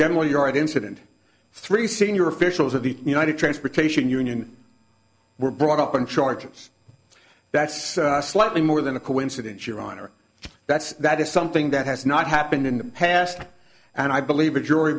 the incident three senior officials of the united transportation union were brought up on charges that's slightly more than a coincidence your honor that's that is something that has not happened in the past and i believe the jury